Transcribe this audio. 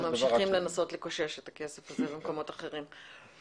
הם ממשיכים לנסות לקושש את הכסף הזה ממוקמות אחרים.